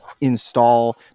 install